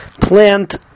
plant